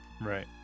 right